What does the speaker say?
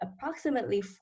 approximately